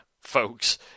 folks